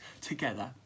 together